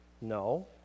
No